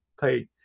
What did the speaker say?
pay